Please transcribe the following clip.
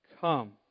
come